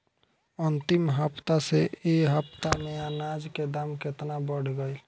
अंतिम हफ्ता से ए हफ्ता मे अनाज के दाम केतना बढ़ गएल?